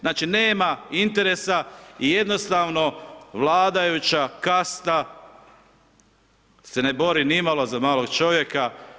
Znači, nema interesa i jednostavno vladajuća kasta se ne bori nimalo za maloga čovjeka.